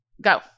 Go